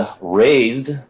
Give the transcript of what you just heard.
raised